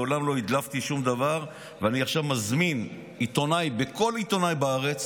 מעולם לא הדלפתי שום דבר ואני עכשיו מזמין עיתונאי בכל עיתון בארץ